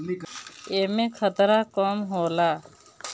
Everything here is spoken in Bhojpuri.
एमे खतरा कम होला